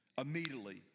immediately